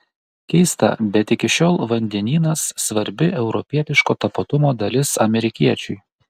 keista bet iki šiol vandenynas svarbi europietiško tapatumo dalis amerikiečiui